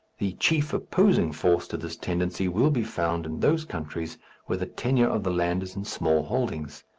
the chief opposing force to this tendency will be found in those countries where the tenure of the land is in small holdings.